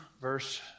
verse